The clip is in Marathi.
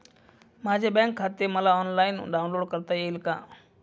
माझे बँक खाते मला ऑनलाईन डाउनलोड करता येईल का?